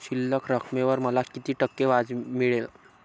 शिल्लक रकमेवर मला किती टक्के व्याज मिळेल?